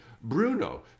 Bruno